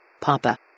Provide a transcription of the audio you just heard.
papa